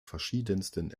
verschiedensten